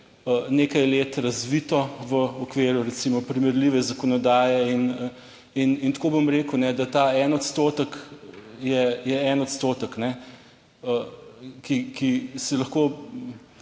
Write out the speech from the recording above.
nekaj let razvito v okviru, recimo, primerljive zakonodaje. In tako bom rekel, da ta 1 odstotek je 1 odstotek, ki si lahko,